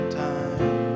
time